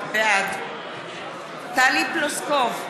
בעד טלי פלוסקוב,